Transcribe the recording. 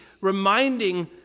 reminding